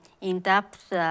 in-depth